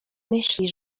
myśli